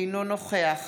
אינו נוכח